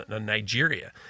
Nigeria